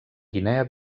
guinea